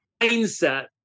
mindset